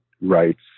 rights